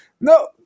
No